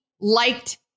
liked